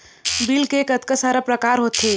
Bill के कतका सारा प्रकार होथे?